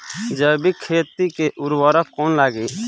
जैविक खेती मे उर्वरक कौन लागी?